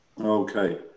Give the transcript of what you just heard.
Okay